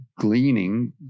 gleaning